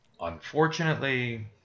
Unfortunately